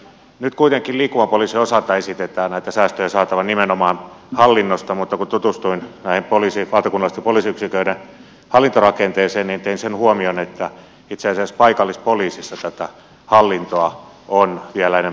nyt kuitenkin liikkuvan poliisin osalta esitetään näitä säästöjä saatavan nimenomaan hallinnosta mutta kun tutustuin näihin valtakunnallisten poliisiyksiköiden hallintorakenteisiin niin tein sen huomion että itse asiassa paikallispoliisissa tätä hallintoa on vielä enemmän kuin liikkuvassa poliisissa